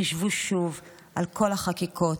חשבו שוב על כל החקיקות,